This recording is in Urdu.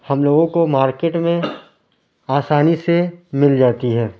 ہم لوگوں کو مارکیٹ میں آسانی سے مل جاتی ہے